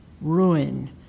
ruin